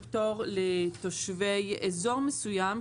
זה פטור לתושבי אזור מסוים,